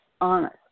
honest